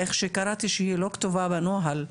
איך שקראית שהיא לא כתובה בנוהל,